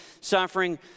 suffering